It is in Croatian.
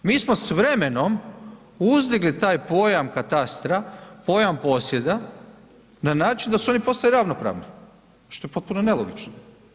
Mi smo s vremenom uzdigli taj pojam katastra, pojam posjeda na način da su oni postali ravnopravni što je potpuno nelogično.